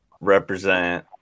represent